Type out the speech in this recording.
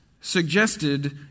suggested